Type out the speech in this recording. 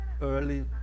early